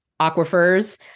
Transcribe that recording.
aquifers